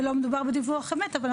כדי לשנות מען במרשם אוכלוסין,